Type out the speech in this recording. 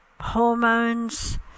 hormones